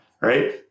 right